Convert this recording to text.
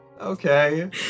okay